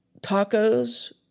tacos